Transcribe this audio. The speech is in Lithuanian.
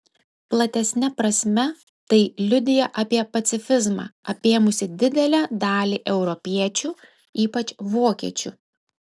platesne prasme tai liudija apie pacifizmą apėmusį didelę dalį europiečių ypač vokiečių